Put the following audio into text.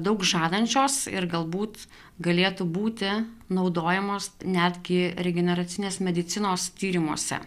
daug žadančios ir galbūt galėtų būti naudojamos netgi regeneracinės medicinos tyrimuose